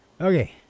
Okay